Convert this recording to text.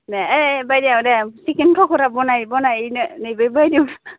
दे ओइ बायदेव दे चिकेन पकरा बानाय नैबे बायदेवनो